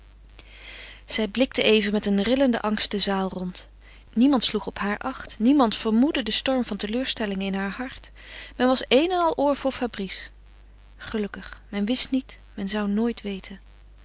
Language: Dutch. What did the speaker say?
zij blikte even met een rillenden angst de zaal rond niemand sloeg op haar acht niemand vermoedde den storm van teleurstellingen in haar hart men was een en al oor voor fabrice gelukkig men wist niet men zou nooit weten